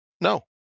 No